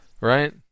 Right